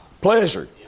Pleasure